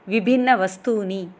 विभिन्नवस्तूनि